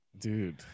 Dude